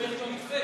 שתומך במתווה.